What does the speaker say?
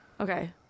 Okay